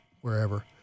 wherever